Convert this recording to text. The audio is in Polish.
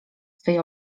swej